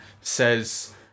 says